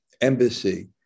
embassy